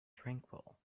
tranquil